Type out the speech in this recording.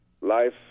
Life